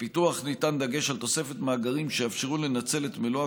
בפיתוח מושם דגש על תוספת מאגרים שיאפשרו לנצל את מלאי